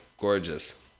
Gorgeous